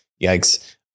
Yikes